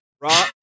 Raw